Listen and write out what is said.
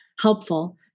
helpful